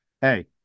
hey